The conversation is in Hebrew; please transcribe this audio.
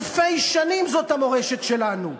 אלפי שנים זאת המורשת שלנו.